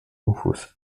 rufus